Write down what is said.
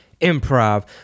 Improv